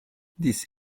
this